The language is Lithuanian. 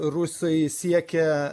rusai siekia